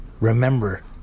Remember